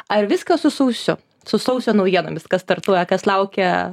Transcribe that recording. ar viskas su sausiu su sausio naujienomis kas startuoja kas laukia